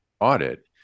Audit